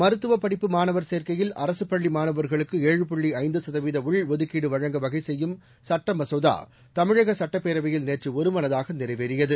மருத்துவ படிப்பு மாணவர் சேர்க்கையில் அரசு பள்ளி மாணவர்களுக்கு ஏழு புள்ளி ஐந்து சதவீத உள்டுதுக்கீடு வழங்க வகை செய்யும் சட்ட மசோதா தமிழக சட்டப்பேரவையில் நேற்று ஒருமனதாக நிறைவேறியது